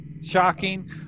shocking